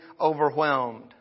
overwhelmed